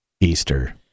Easter